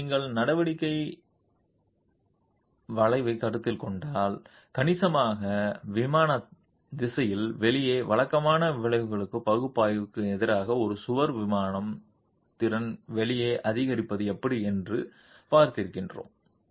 மேலும் நீங்கள் நடவடிக்கை வளைவை கருத்தில் கொண்டால் கணிசமாக விமானம் திசையில் வெளியே வழக்கமான வளைக்கும் பகுப்பாய்வு எதிராக ஒரு சுவர் விமானம் திறன் வெளியே அதிகரிப்பது எப்படி என்று பார்த்திருக்கிறேன்